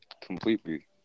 completely